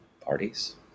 parties